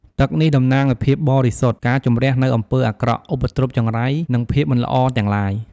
ទឹកនេះតំណាងឲ្យភាពបរិសុទ្ធ ការជម្រះនូវអំពើអាក្រក់ ឧបទ្រពចង្រៃ និងភាពមិនល្អទាំងឡាយ។